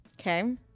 okay